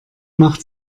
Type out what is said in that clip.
macht